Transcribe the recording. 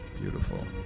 beautiful